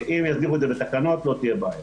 אם יכניסו את זה בתקנות, לא תהיה בעיה.